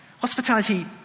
Hospitality